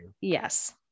Yes